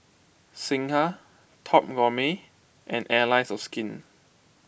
Singha Top Gourmet and Allies of Skin